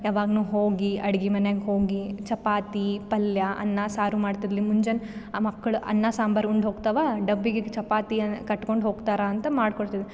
ಯಾವಾಗ್ಲೂ ಹೋಗಿ ಅಡ್ಗೆ ಮನೆಗೆ ಹೋಗಿ ಚಪಾತಿ ಪಲ್ಯ ಅನ್ನ ಸಾರು ಮಾಡ್ತಿದ್ಳು ಮುಂಜಾನೆ ಆ ಮಕ್ಳು ಅನ್ನ ಸಾಂಬಾರು ಉಂಡು ಹೋಗ್ತಾವೆ ಡಬ್ಬಿಗೆ ಚಪಾತಿ ಕಟ್ಕೊಂಡು ಹೋಗ್ತಾರೆ ಅಂತ ಮಾಡ್ಕೊಡ್ತಿದ್ರು